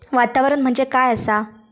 वातावरण म्हणजे काय असा?